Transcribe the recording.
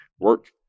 Work